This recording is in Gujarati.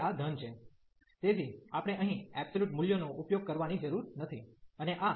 તેથી આપણે અહીં એબ્સોલ્યુટ મુલ્યો નો ઉપયોગ કરવાની જરૂર નથી